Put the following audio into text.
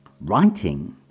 writing